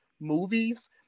movies